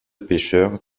pêcheurs